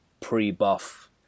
pre-buff